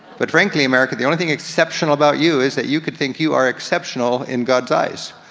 but frankly america, the only thing exceptional about you is that you can think you are exceptional in god's eyes,